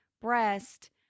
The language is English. breast